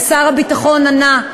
ושר הביטחון ענה,